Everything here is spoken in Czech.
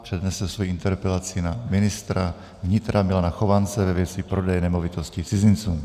Přednese svoji interpelaci na ministra vnitra Milana Chovance ve věci prodeje nemovitostí cizincům.